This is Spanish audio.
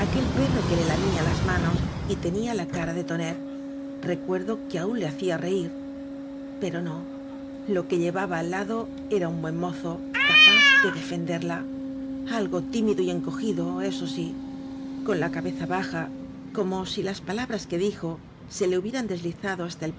perro que le lamía las manos y tenía la cara de tonet recuerdo que aún le hacía reir pero no lo que llevaba al lado era un buen mozo capaz de defenderla algo tímido y encogido eso sí con la cabeza baja como si las palabras que dijo se le hubie ran deslizado hasta